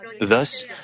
Thus